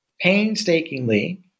painstakingly